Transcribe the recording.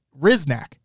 Riznak